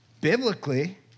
biblically